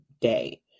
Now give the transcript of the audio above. day